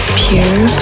pure